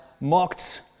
mocked